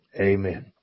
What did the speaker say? Amen